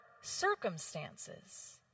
circumstances